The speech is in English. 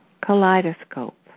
kaleidoscope